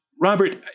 Robert